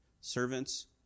Servants